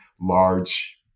large